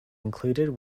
included